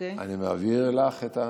אני מעביר לך את,